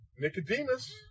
Nicodemus